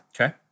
Okay